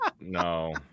No